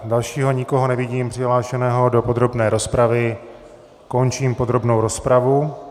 Dalšího nikoho nevidím přihlášeného do podrobné rozpravy, končím podrobnou rozpravu.